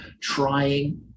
trying